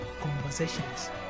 conversations